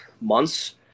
months